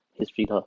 history